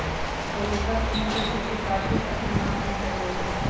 हरियरका सिम के खेती कार्तिक अगहन मास में कएल जाइ छइ